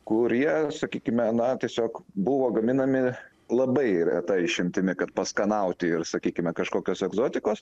kurie sakykime na tiesiog buvo gaminami labai reta išimtimi kad paskanauti ir sakykime kažkokios egzotikos